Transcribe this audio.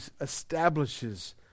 establishes